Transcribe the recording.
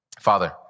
Father